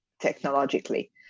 technologically